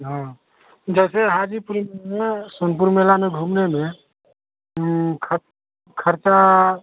हाँ जैसे हाजीपुर में सोनपुर मेले में घूमने में खत खर्चा